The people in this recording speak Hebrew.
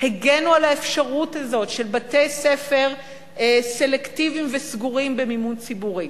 הגנו על האפשרות הזאת של בתי-ספר סלקטיביים וסגורים במימון ציבורי.